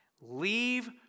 Leave